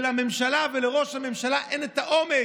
ולממשלה ולראש הממשלה אין את האומץ,